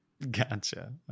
Gotcha